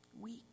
weak